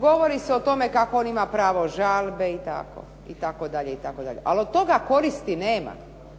Govori se o tome kako on ima pravo žalbe itd., itd., ali od toga koristi nema,